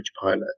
pilot